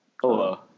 Hello